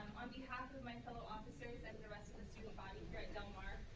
on behalf of my fellow officers and the rest of the student body here at del mar,